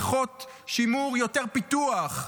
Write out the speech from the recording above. פחות שימור, יותר פיתוח.